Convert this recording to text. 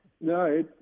no